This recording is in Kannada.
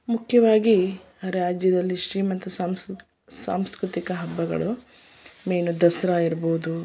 ಮುಖ್ಯವಾಗಿ ರಾಜ್ಯದಲ್ಲಿ ಶ್ರೀಮಂತ ಸಾಂಸ್ಕೃ ಸಾಂಸ್ಕೃತಿಕ ಹಬ್ಬಗಳು ಮೈನು ದಸರಾ ಇರ್ಬೋದು